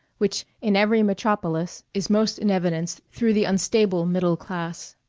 which in every metropolis is most in evidence through the unstable middle class.